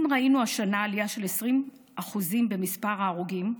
אם ראינו השנה עלייה של 20% במספר ההרוגים,